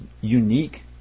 unique